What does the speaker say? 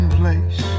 place